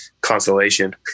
consolation